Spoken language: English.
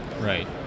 Right